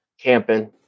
camping